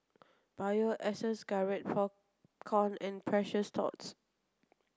Bio Essence Garrett Popcorn and Precious Thots